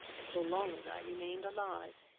so long as i remained alive.